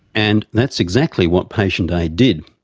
and that's exactly what patient a did,